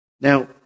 Now